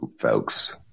folks